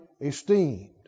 esteemed